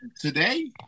today